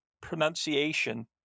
pronunciation